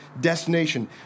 destination